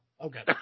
Okay